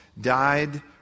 Died